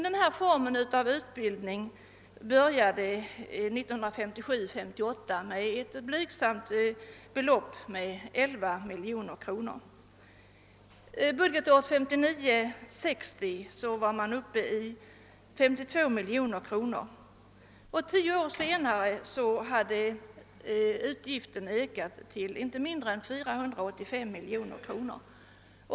Den här formen av utbildning började emellertid 1957 60 var summan uppe i 52 miljoner kronor, och tio år senare hade beloppet ökat till inte mindre än 485 miljoner kronor.